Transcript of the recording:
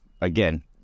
again